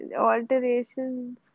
Alterations